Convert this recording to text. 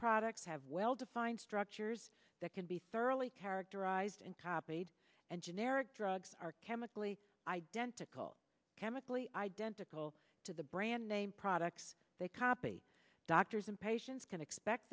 products have well defined structures that can be thoroughly characterized and copied and generic drugs are chemically identical chemically identical to the brand name products they copy doctors and patients can expect